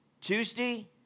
Tuesday